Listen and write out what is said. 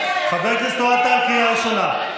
חבר הכנסת אוהד טל, קריאה ראשונה.